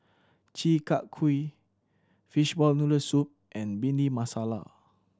Chi Kak Kuih fishball noodle soup and Bhindi Masala